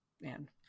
man